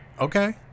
Okay